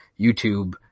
YouTube